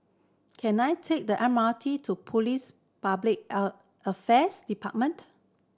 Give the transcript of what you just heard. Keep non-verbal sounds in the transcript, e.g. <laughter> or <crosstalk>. can I take the M R T to Police Public <unintelligible> Affairs Department